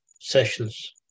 sessions